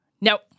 Nope